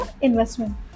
investment